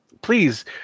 please